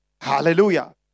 Hallelujah